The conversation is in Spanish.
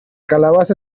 calabaza